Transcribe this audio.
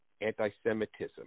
anti-Semitism